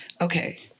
Okay